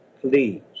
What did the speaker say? please